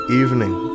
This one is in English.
evening